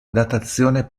datazione